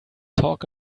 talk